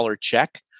check